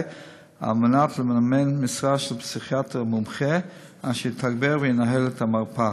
על מנת לממן משרה של פסיכיאטר מומחה אשר יתגבר וינהל את המרפאה.